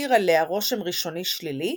שהותיר עליה רושם ראשוני שלילי,